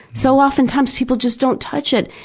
so oftentimes people just don't touch it!